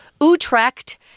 Utrecht